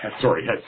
Sorry